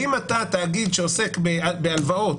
האם אתה תאגיד שעוסק בהלוואות,